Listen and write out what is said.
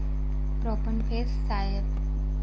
profenofos cypermethrin चौवालीस E C dichlorvos चेहतार EC